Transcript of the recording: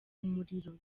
umuriro